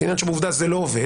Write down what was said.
כעניין שבעובדה זה לא עובד,